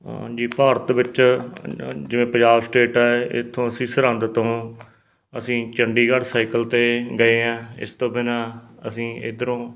ਹਾਂਜੀ ਭਾਰਤ ਵਿੱਚ ਜਿਵੇਂ ਪੰਜਾਬ ਸਟੇਟ ਹੈ ਇਥੋਂ ਅਸੀਂ ਸਰਹੰਦ ਤੋਂ ਅਸੀਂ ਚੰਡੀਗੜ੍ਹ ਸਾਈਕਲ 'ਤੇ ਗਏ ਹਾਂ ਇਸ ਤੋਂ ਬਿਨਾਂ ਅਸੀਂ ਇਧਰੋਂ